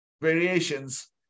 variations